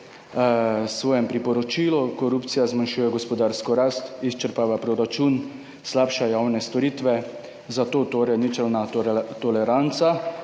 v svojem priporočilu. Korupcija zmanjšuje gospodarsko rast, izčrpava proračun, slabša javne storitve, zato torej ničelna toleranca